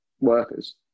workers